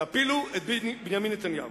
תפילו את בנימין נתניהו.